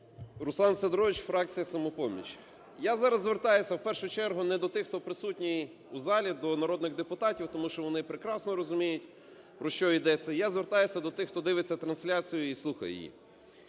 Руслан Сидорович, фракція "Самопоміч". Я зараз звертаюся в першу чергу не до тих, хто присутній в залі, до народних депутатів, тому що вони прекрасно розуміють, про що йдеться, я звертаюся до тих, хто дивиться трансляцію і слухає її.